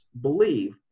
believe